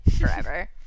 forever